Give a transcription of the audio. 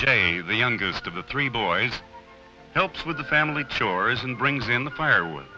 j the youngest of the three boys helps with the family chores and brings in the fire